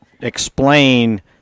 explain –